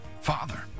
Father